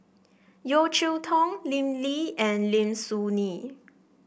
Yeo Cheow Tong Lim Lee and Lim Soo Ngee